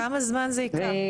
כמה זמן זה ייקח?